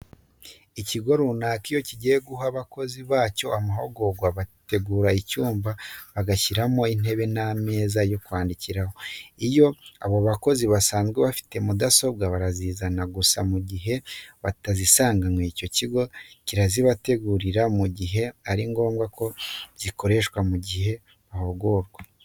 Ikigo runaka iyo gikeneye guha abakozi bacyo amahugurwa, bategura icyumba bagashyiramo intebe n'ameza yo kwandikiraho. Iyo abo bakozi basanzwe bafite mudasobwa barazizana, gusa mu gihe batazisanganwe icyo kigo kirazibategurira, mu gihe ari ngombwa ko zikoreshwa mu gihe bahugurwa.